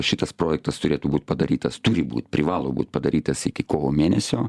šitas projektas turėtų būt padarytas turi būt privalo būt padarytas iki kovo mėnesio